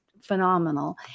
phenomenal